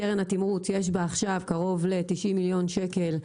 בקרן התמרוץ יש קרוב ל-90 מיליון שקל.